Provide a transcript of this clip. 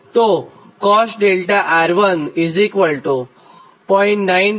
તો cos 𝛿𝑅1 0